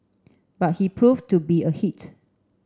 but he proved to be a hit